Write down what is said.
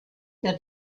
der